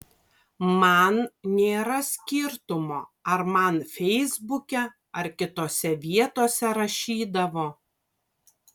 man nėra skirtumo ar man feisbuke ar kitose vietose rašydavo